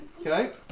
Okay